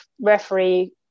referee